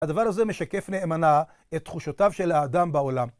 הדבר הזה משקף נאמנה את תחושותיו של האדם בעולם.